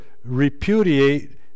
repudiate